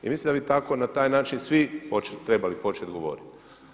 I mislim da bi tako na taj način svi trebali početi govoriti.